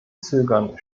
zögern